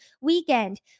weekend